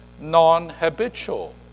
non-habitual